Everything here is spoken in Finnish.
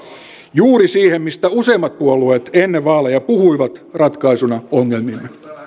juuri siihen mistä useimmat puolueet ennen vaaleja puhuivat ratkaisuna ongelmiin